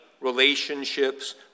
relationships